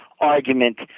argument